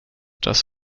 das